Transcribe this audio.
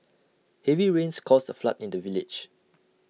heavy rains caused A flood in the village